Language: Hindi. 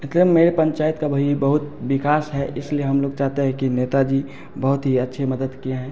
मतलब मेरे पंचायत का भई बहुत विकास है इसलिए हम लोग चाहते हैं कि नेताजी बहुत ही अच्छे मदद किएँ हैं